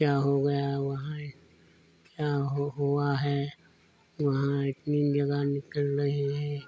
क्या हो गया है वहाँ ए क्या हो हुआ है वहाँ इतनी जगह निकल रही है